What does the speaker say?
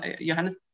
Johannes